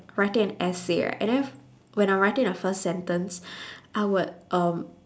writing an essay right and then f~ when I'm writing the first sentence I would um